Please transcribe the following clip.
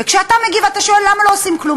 וכשאתה מגיע ואתה שואל למה לא עושים כלום,